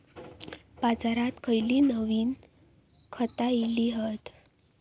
बाजारात खयली नवीन खता इली हत?